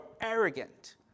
arrogant